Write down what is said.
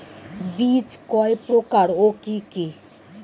বীজ কয় প্রকার ও কি কি?